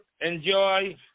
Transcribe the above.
Enjoy